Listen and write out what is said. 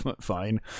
fine